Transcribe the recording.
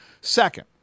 Second